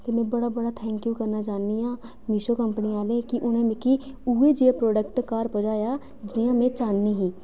में बड़ा बड़ा थेन्कयूं करना चाहन्नी आं मिशो कंपनी आहलें गी कि उ'नें मिकी उ'ऐ जेहा परोजेक्ट घर पजाया जनेहा में चांह्दी ही